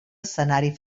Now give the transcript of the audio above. escenari